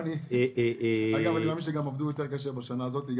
אני גם מאמין שהם עבדו יותר קשה בשנה הזאת.